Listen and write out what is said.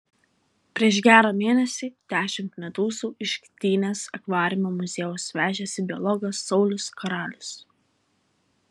prieš gerą mėnesį dešimt medūzų iš gdynės akvariumo muziejaus vežėsi biologas saulius karalius